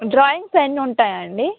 drawings అన్నీ ఉంటాయా అండి